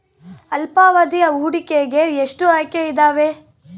ಅಲ್ಪಾವಧಿ ಹೂಡಿಕೆಗೆ ಎಷ್ಟು ಆಯ್ಕೆ ಇದಾವೇ?